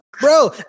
Bro